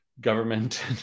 government